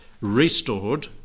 restored